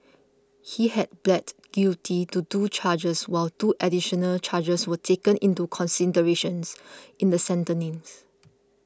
he had pleaded guilty to two charges while two additional charges were taken into considerations in the sentencing